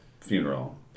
funeral